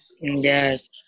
Yes